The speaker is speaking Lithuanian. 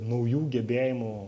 naujų gebėjimų